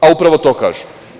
A upravo to kažu.